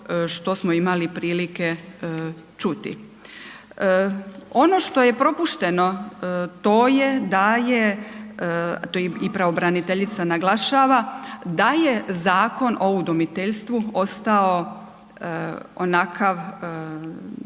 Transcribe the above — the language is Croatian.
što smo imali prilike čuti. Ono što je propušteno to je da je, to i pravobraniteljica naglašava, da je Zakon o udomiteljstvu ostao onakav